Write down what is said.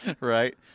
right